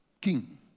king